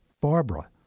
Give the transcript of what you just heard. Barbara